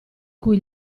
cui